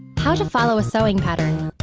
how to follow a sewing pattern.